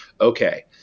okay